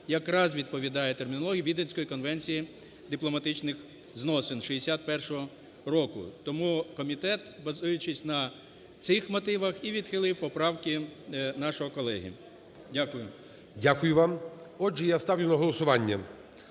якраз відповідає термінології Віденської конвенції дипломатичних зносин 61-го року. Тому комітет, базуючись на цих мотивах, і відхилив поправки нашого колеги. Дякую. ГОЛОВУЮЧИЙ. Дякую вам. Отже, я ставлю на голосування